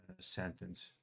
sentence